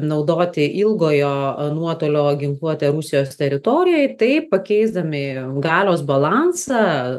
naudoti ilgojo nuotolio ginkluotę rusijos teritorijoj ir taip pakeisdami galios balansą